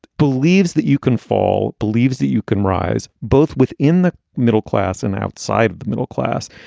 believes that you can fall, believes that you can rise both within the middle class and outside of the middle class.